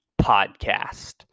podcast